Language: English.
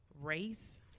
race